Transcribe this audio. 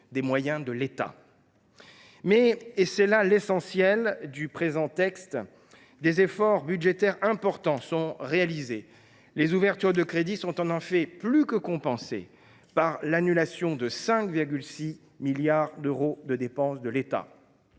des moyens de l’État. Mais, et c’est là l’essentiel du présent PLFG, des efforts budgétaires importants sont réalisés. Les ouvertures de crédits sont en effet plus que compensées par l’annulation de 5,6 milliards d’euros de dépenses de l’État.